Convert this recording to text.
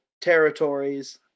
territories